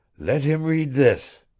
let him read this